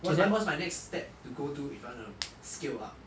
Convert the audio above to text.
what's my what's my next step to go to if I want to scale up